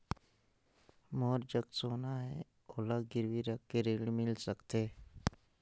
मोर जग सोना है ओला गिरवी रख के ऋण मिल सकथे?